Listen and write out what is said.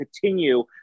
continue